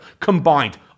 combined